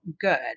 good